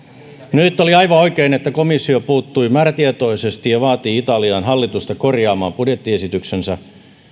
nyt oli aivan oikein että komissio puuttui määrätietoisesti ja vaatii italian hallitusta korjaamaan budjettiesityksensä